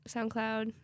SoundCloud